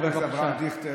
חברי חבר הכנסת אברהם דיכטר,